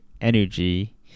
Energy